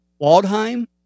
waldheim